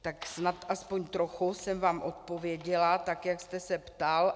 Tak snad aspoň trochu jsem vám odpověděla tak, jak jste se ptal.